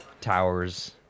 towers